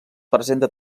presenta